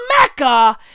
Mecca